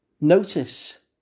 notice